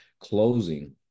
closing